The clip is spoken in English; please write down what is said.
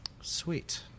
Sweet